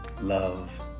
love